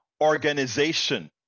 organization